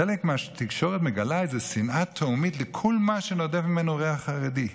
חלק מהתקשורת מגלה שנאה תהומית לכל מה שנודף ממנו ריח חרדי,